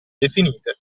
definite